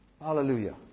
Hallelujah